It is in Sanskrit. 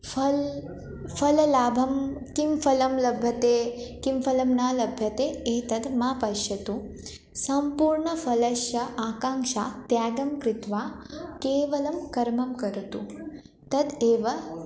फलं फललाभं किं फलं लभ्यते किं फलं न लभ्यते एतद् मा पश्यतु सम्पूर्णफलस्य आकाङ्क्षा त्यागं कृत्वा केवलं कर्मं करोतु तत् एव